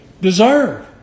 deserve